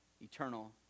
eternal